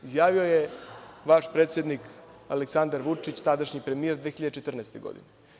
Izjavio je vaš predsednik Aleksandar Vučić, tadašnji premijer 2014. godine.